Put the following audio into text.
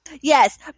Yes